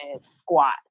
squat